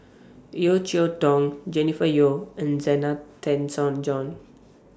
Yeo Cheow Tong Jennifer Yeo and Zena Tessensohn John